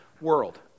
world